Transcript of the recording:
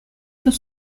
sur